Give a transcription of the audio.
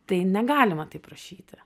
tai negalima taip rašyti